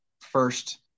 first